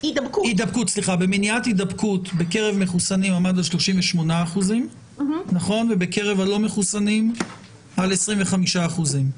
הידבקות בקרב מחוסנים עמד על 38 אחוזים ובקרב הלא מחוסנים על 25 אחוזים.